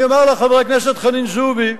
אני אומר לך, חברת הכנסת חנין זועבי,